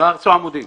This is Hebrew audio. לא הרסו עמודים.